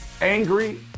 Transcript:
angry